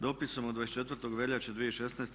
Dopisom od 24. veljače 2016.